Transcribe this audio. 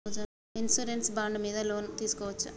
Insurance bond మీద loan తీస్కొవచ్చా?